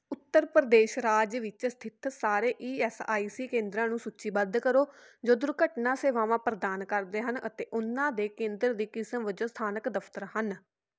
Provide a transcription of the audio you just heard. ਉੱਤਰ ਪ੍ਰਦੇਸ਼ ਰਾਜ ਵਿੱਚ ਸਥਿਤ ਸਾਰੇ ਈ ਐੱਸ ਆਈ ਸੀ ਕੇਂਦਰਾਂ ਨੂੰ ਸੂਚੀਬੱਧ ਕਰੋ ਜੋ ਦੁਰਘਟਨਾ ਸੇਵਾਵਾਂ ਪ੍ਰਦਾਨ ਕਰਦੇ ਹਨ ਅਤੇ ਉਹਨਾਂ ਦੇ ਕੇਂਦਰ ਦੀ ਕਿਸਮ ਵਜੋਂ ਸਥਾਨਕ ਦਫਤਰ ਹਨ